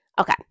Okay